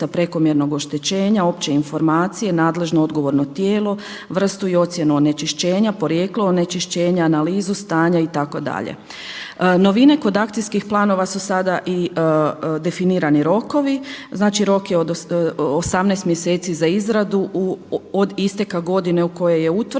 prekomjernog oštećenja, opće informacije, nadležno odgovorno tijelo, vrstu i ocjenu onečišćenja, porijeklo onečišćenja, analizu stanja itd. Novine kod akcijskih planova su sada i definirani rokovi, znači rok je 18 mjeseci za izradu od isteka godine u kojoj je utvrđeno